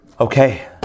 Okay